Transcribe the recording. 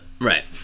Right